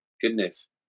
Goodness